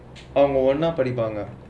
அவங்க ஒண்ணா படிப்பாங்கே:avangga onnaa padipaanga